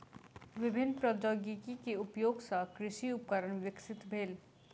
विभिन्न प्रौद्योगिकी के उपयोग सॅ कृषि उपकरण विकसित भेल